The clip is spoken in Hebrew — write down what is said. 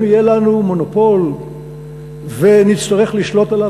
יהיה לנו מונופול ונצטרך לשלוט עליו,